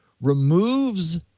removes